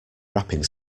wrapping